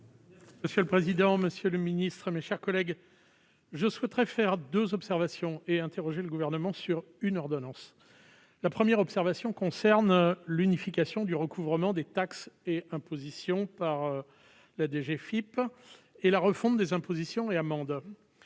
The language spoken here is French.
Monsieur le président, Monsieur le Ministre, mes chers collègues, je souhaiterais faire 2 observations et interrogé le gouvernement sur une ordonnance, la première observation concerne l'unification du recouvrement des taxes et impositions par la DGFIP et la refonte des impositions et amendes